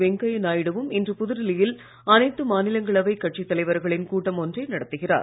வெங்கையா நாயுடுவும் இன்று புதுடில்லியில் அனைத்து மாநிலங்களவை கட்சித் தலைவர்களின் கூட்டம் ஒன்றை நடத்துகிறார்